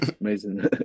Amazing